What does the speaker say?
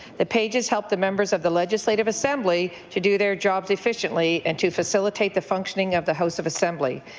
the pages help the members of the legislative assembly to do their jobs efficiently and to facilitate the functioning of the house of assembly.